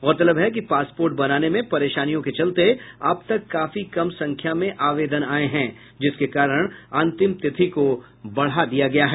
गौरतलब है कि पासपोर्ट बनाने में परेशानियों के चलते अब तक काफी कम संख्या में आवेदन आये हैं जिसके कारण अंतिम तिथि को बढ़ाया गया है